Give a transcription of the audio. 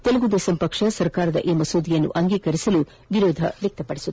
ತೆಲುಗುದೇಶಂ ಪಕ್ಷ ಸರ್ಕಾರದ ಈ ಮಸೂದೆಯನ್ನು ಅಂಗೀಕರಿಸಲು ತೀವ್ರ ವಿರೋಧ ವ್ಯಕ್ತಪಡಿಸಿತ್ತು